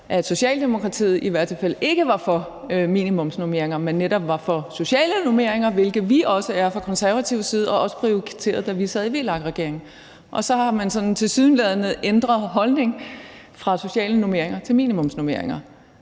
at Socialdemokratiet i hvert fald ikke var for minimumsnormeringer, men netop var for sociale normeringer, hvilket vi også er fra konservativ side, og som vi også prioriterede, da vi sad i VLAK-regering. Og så har man tilsyneladende ændret holdning fra sociale normeringer til minimumsnormeringer,